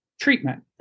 treatment